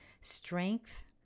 strength